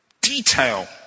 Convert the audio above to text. Detail